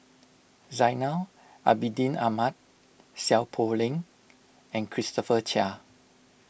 Zainal Abidin Ahmad Seow Poh Leng and Christopher Chia